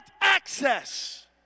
access